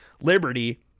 Liberty